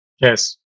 Yes